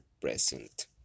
present